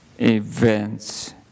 Events